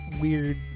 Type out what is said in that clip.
weird